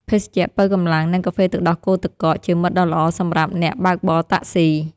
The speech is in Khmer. ភេសជ្ជៈប៉ូវកម្លាំង និងកាហ្វេទឹកដោះគោទឹកកក ជាមិត្តដ៏ល្អសម្រាប់អ្នកបើកបរតាក់ស៊ី។